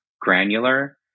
granular